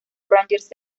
rangers